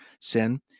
sin